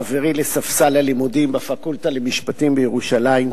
חברי לספסל הלימודים בפקולטה למשפטים בירושלים,